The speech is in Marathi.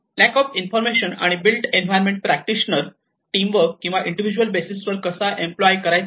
ल्याक ऑफ इन्फॉर्मेशन आणि बिल्ट एन्व्हायरमेंट प्रॅक्टिशनर टीमवर्क किंवा इंडिव्हिज्युअल बेसिस वर कसा एम्पलॉय करायचा